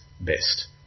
best